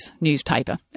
newspaper